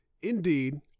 Indeed